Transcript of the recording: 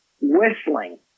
whistling